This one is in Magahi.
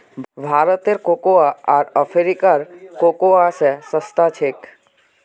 भारतेर कोकोआ आर अफ्रीकार कोकोआ स सस्ता छेक